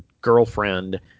girlfriend